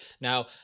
Now